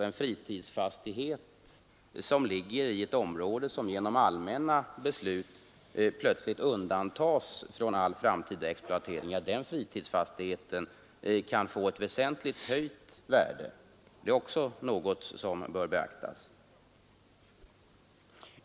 En fritidsfastighet i ett område som genom allmänna beslut plötsligt undantas från all framtida exploatering kan få ett väsentligt höjt värde. Det är också något som bör beaktas.